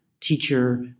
teacher